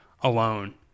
alone